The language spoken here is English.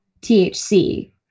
THC